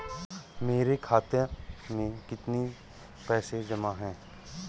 मेरे खाता में कितनी पैसे जमा हैं?